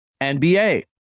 NBA